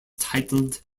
titled